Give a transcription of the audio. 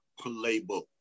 playbook